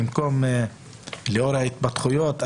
לאור ההתפתחויות,